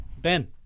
Ben